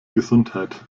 gesundheit